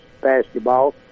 basketball